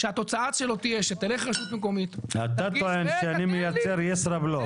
התוצאה שלו תהיה שתלך רשות מקומית --- אתה טוען שאני מייצר ישראבלוף.